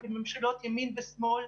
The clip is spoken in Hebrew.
עם ממשלות ימין ושמאל.